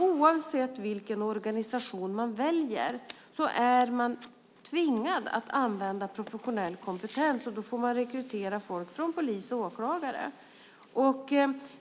Oavsett vilken organisation man väljer är man tvingad att använda professionell kompetens, och då får man rekrytera folk från polis och åklagare.